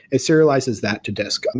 it serializes that to disk um